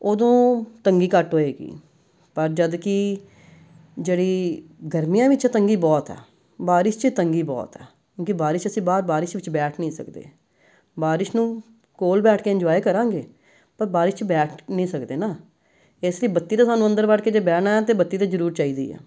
ਉਦੋਂ ਤੰਗੀ ਘੱਟ ਹੋਏਗੀ ਪਰ ਜਦਕਿ ਜਿਹੜੀ ਗਰਮੀਆਂ ਵਿੱਚ ਤੰਗੀ ਬਹੁਤ ਆ ਬਾਰਿਸ਼ 'ਚ ਤੰਗੀ ਬਹੁਤ ਆ ਕਿਉਂਕਿ ਬਾਰਿਸ਼ ਅਸੀਂ ਬਾਹਰ ਬਾਰਿਸ਼ ਵਿੱਚ ਬੈਠ ਨਹੀਂ ਸਕਦੇ ਬਾਰਿਸ਼ ਨੂੰ ਕੋਲ ਬੈਠ ਕੇ ਇੰਜੋਏ ਕਰਾਂਗੇ ਪਰ ਬਾਰਿਸ਼ 'ਚ ਬੈਠ ਨਹੀਂ ਸਕਦੇ ਨਾ ਇਸ ਲਈ ਬੱਤੀ ਤਾਂ ਸਾਨੂੰ ਅੰਦਰ ਵੜ ਕੇ ਜੇ ਬਹਿਣਾ ਹੈ ਤਾਂ ਬੱਤੀ ਤਾਂ ਜ਼ਰੂਰ ਚਾਹੀਦੀ ਹੈ